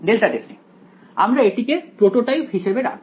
delta testing আমরা এটিকে prototype হিসেবে রাখব